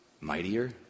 mightier